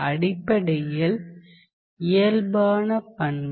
அடிப்படையில் இயல்பான பண்பு